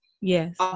yes